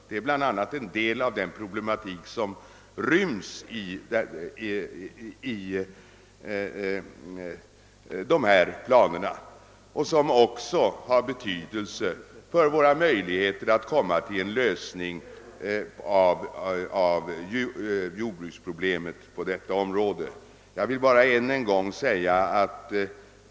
Detta är en del av den problematik som ryms i de föreliggande planerna och som också har betydelse för våra möjligheter att nå en lösning av jordbruksproblemet på detta område. Jag blev rätt glad när jag hörde det tonfall som herr Hansson i Skegrie nu använde.